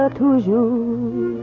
toujours